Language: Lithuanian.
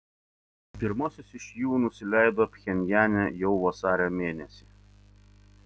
pirmasis iš jų nusileido pchenjane jau vasario mėnesį